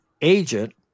agent